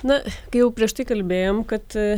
na jau prieš tai kalbėjom kad